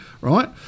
right